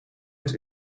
het